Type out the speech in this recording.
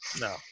No